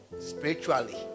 Spiritually